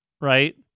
right